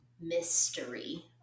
mystery